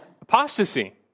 apostasy